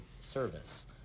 service